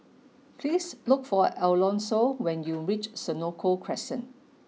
please look for Alonso when you reach Senoko Crescent